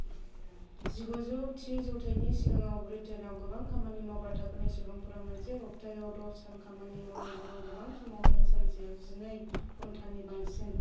जिगुथि जौथाइनि सिगाङाव ब्रिटेनआव गोबां खामानि मावग्रा थाखोनि सुबुंफोरा मोनसे सप्ताहयाव द' सान खामानि मावनांगौमोन गोबां समावनो सानसेयाव जिनै घन्टानि बांसिन